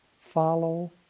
Follow